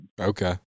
Okay